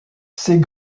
c’est